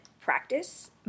practice